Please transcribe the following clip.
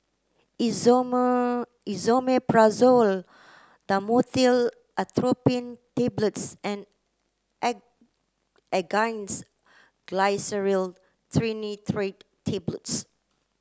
Esomeprazole Dhamotil Atropine Tablets and Angised Glyceryl Trinitrate Tablets